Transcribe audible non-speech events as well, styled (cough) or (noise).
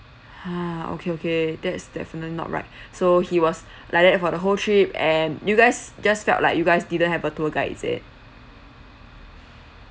ha okay okay that's definitely not right (breath) so he was (breath) like that for the whole trip and you guys just felt like you guys didn't have a tour guide is it